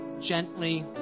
gently